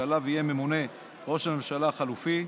שעליו יהיה ממונה ראש הממשלה החלופי,